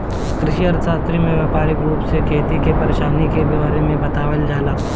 कृषि अर्थशास्त्र में व्यावहारिक रूप से खेती के परेशानी के बारे में बतावल जाला